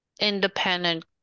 independent